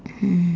mm